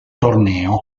torneo